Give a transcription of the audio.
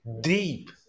deep